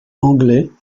anglais